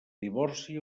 divorci